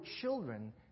children